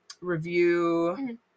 review